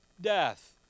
death